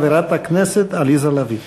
חברת הכנסת עליזה לביא.